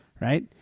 right